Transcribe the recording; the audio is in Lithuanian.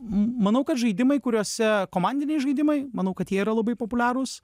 manau kad žaidimai kuriuose komandiniai žaidimai manau kad jie yra labai populiarūs